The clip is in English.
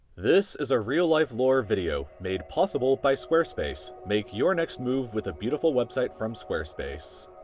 this is a real-life lore video made possible by squarespace. make your next move with a beautiful website from squarespace.